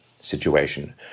situation